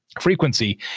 frequency